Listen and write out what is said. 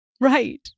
Right